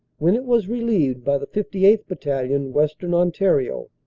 when it was re lieved by the fifty eighth. battalion, western ontario,